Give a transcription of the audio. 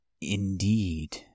Indeed